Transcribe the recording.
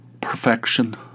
perfection